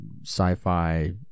sci-fi